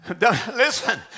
Listen